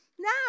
Now